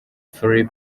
phil